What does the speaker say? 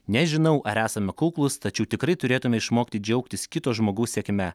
nežinau ar esame kuklūs tačiau tikrai turėtume išmokti džiaugtis kito žmogaus sėkme